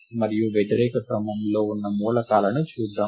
మరియు వ్యతిరేక క్రమంలో ఉన్న రెండు మూలకాలను చూద్దాం